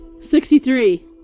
sixty-three